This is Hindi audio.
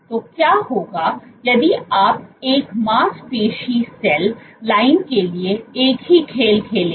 तो क्या होगा यदि आप एक मांसपेशी सेल लाइन के लिए एक ही खेल खेलें